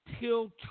Till